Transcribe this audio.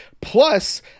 plus